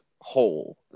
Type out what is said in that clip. whole